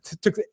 took